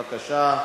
בבקשה,